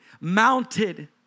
mounted